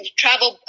travel